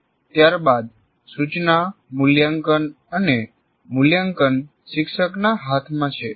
ત્યારબાદ સૂચના મૂલ્યાંકન અને મૂલ્યાંકન શિક્ષકના હાથમાં છે